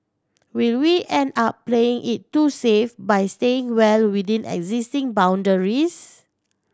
will we end up playing it too safe by staying well within existing boundaries